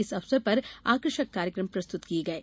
इस अवसर पर आकर्षक कार्यक्रम प्रस्तुत किये गये